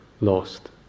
Lost